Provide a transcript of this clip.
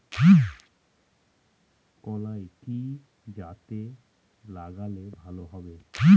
কলাই কি জাতে লাগালে ভালো হবে?